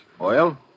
Oil